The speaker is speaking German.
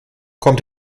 kommt